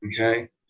Okay